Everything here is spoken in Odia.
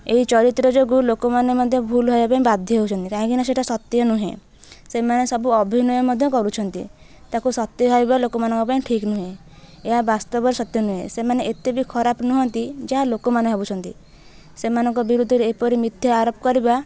ଏହି ଚରିତ୍ର ଯୋଗୁଁ ଲୋକମାନେ ମଧ୍ୟ ଭୁଲ ଭାବିବା ପାଇଁ ବାଧ୍ୟ ହେଉଛନ୍ତି କାହିଁକି ନା ସେଇଟା ସତ୍ୟ ନୁହେଁ ସେମାନେ ସବୁ ଅଭିନୟ ମଧ୍ୟ କରୁଛନ୍ତି ତାକୁ ସତ୍ୟ ଭାବିବା ଲୋକମାନଙ୍କ ପାଇଁ ଠିକ୍ ନୁହେଁ ଏହା ବାସ୍ତବରେ ସତ୍ୟ ନୁହେଁ ସେମାନେ ଏତେ ବି ଖରାପ ନୁହଁନ୍ତି ଯାହା ଲୋକମାନେ ଭାବୁଛନ୍ତି ସେମାନଙ୍କ ବିରୁଦ୍ଧରେ ଏପରି ମିଥ୍ୟା ଆରୋପ କରିବା